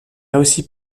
aussi